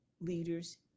leaders